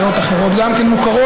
דעות אחרות גם כן מוכרות,